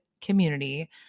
community